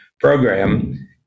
program